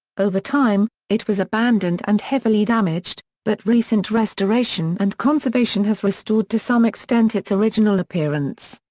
over time, it was abandoned and heavily damaged, but recent restoration and conservation has restored to some extent its original appearance.